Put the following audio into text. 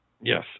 Yes